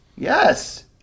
Yes